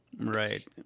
Right